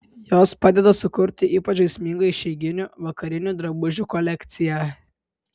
jos padeda sukurti ypač žaismingą išeiginių vakarinių drabužių kolekciją